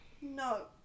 No